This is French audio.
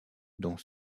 dont